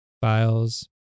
Files